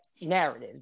narrative